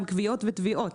גם כוויות וטביעות,